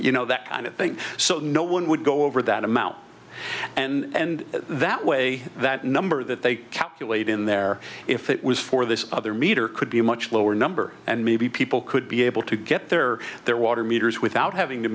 you know that kind of thing so no one would go over that amount and that way that number that they calculate in there if it was for this other meter could be a much lower number and maybe people could be able to get their their water meters without having to